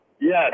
Yes